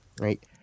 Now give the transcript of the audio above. Right